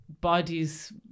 bodies